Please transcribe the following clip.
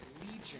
legion